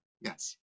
yes